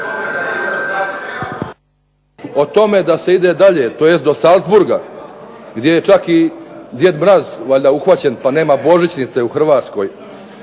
o tome da se ide dalje do Salzburga, gdje je čak i Djed Mraz uhvaćen pa nema Božićnice u Hrvatskoj,